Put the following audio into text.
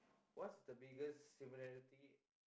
what's the biggest similarity